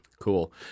Cool